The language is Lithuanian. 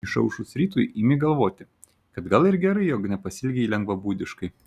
išaušus rytui imi galvoti kad gal ir gerai jog nepasielgei lengvabūdiškai